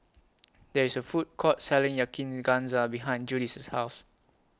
There IS A Food Court Selling Yakizakana behind Judy's House